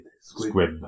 Squib